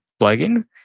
plugin